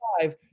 five